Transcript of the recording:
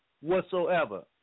whatsoever